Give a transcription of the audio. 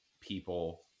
people